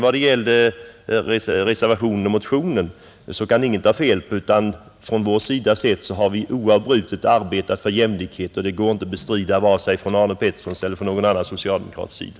Vad gällde reservationen och motionen kan ingen ta fel på att vi oavbrutet arbetat för jämlikhet. Det går inte att bestrida, vare sig från Arne Petterssons eller från någon annan socialdemokrats sida.